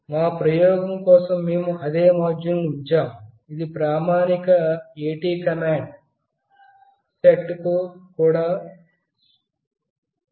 మా ప్రయోగం కోసం మేము అదే మాడ్యూల్ ను ఉపయోగించాము ఇది ప్రామాణిక AT కమాండ్ సెట్ కు కూడా మద్దతు ఇస్తుంది